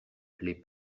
les